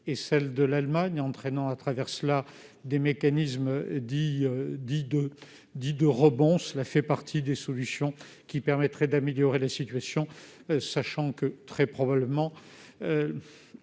notamment l'Allemagne, ce qui entraîne des mécanismes dits de rebond. Cela fait partie des solutions qui permettraient d'améliorer la situation, sachant que, très probablement,